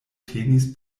tenis